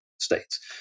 States